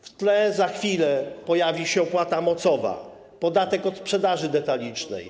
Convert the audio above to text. W tle za chwilę pojawi się opłata mocowa, podatek od sprzedaży detalicznej.